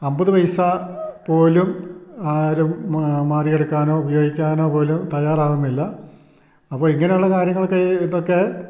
അൻപത് പൈസ പോലും ആരും മാറി എടുക്കാനോ ഉപയോഗിക്കാനോ പോലും തയ്യാറാകുന്നില്ല അപ്പോൾ ഇങ്ങനെ ഉള്ള കാര്യങ്ങൾ ഒക്കെ ഈ ഇതൊക്കെ